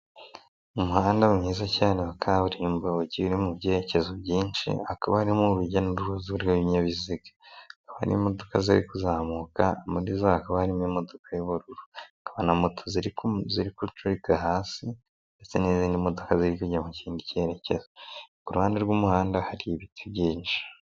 Umuhanda mwiza cyane wa kaburimbo, ugiye mu byerekezo byinshi, hakaba harimo urujya n'uruza rw'ibinyabiziga, aho imodoka ziri kuzamuka muri zo hakaba harimo imodoka y'ubururu, hakaba na moto ziri guturirika hasi, ndetse n'izindi modoka ziri kunjya mu k indi kerekezo, ku ruhande rw'umuhanda hari ibiti byinshi.